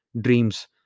dreams